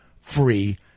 free